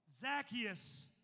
Zacchaeus